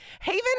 haven